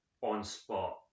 on-spot